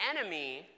enemy